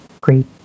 great